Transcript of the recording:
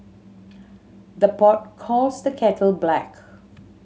the pot calls the kettle black